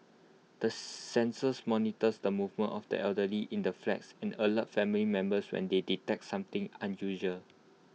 the sensors monitors the movements of the elderly in the flats and alert family members when they detect something unusual